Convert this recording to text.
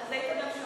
אז היית גם שומע.